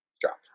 Dropped